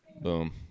Boom